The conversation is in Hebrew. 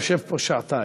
יושב פה שעתיים,